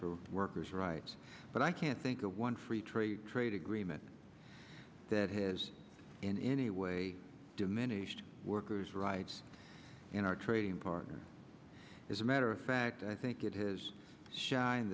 for workers rights but i can't think of one free trade trade agreement that has in any way diminished workers rights in our trading partners as a matter of fact i think it has shine